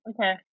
Okay